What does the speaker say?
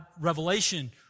revelation